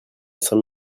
sans